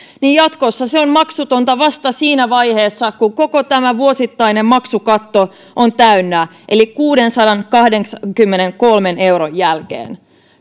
niin jatkossa se on maksutonta vasta siinä vaiheessa kun koko tämä vuosittainen maksukatto on täynnä eli kuudensadankahdeksankymmenenkolmen euron jälkeen